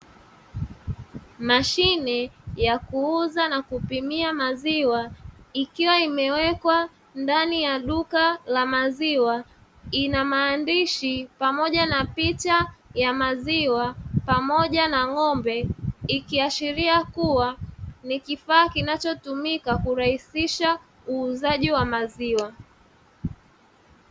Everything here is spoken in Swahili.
Mashine ya kuuza na kupimia maziwa ikiwa imewekwa ndani ya duka la maziwa, ina maandishi pamoja na picha ya maziwa pamoja na ng'ombe, ikiashiria kuwa ni kifaa kinachotumika kurahisisha uuzaji wa maziwa.